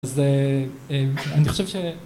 אז אני חושב שה...